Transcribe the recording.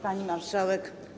Pani Marszałek!